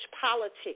politics